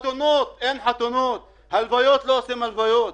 אין חתונות, לא עושים הלוויות.